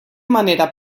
manera